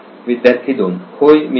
विद्यार्थी 2 होय मी शिकत आहे